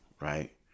right